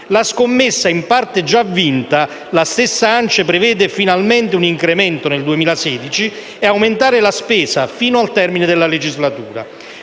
La scommessa, in parte già vinta (la stessa ANCE prevede finalmente un incremento nel 2016), è aumentare la spesa fino al termine della legislatura.